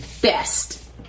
best